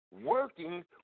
working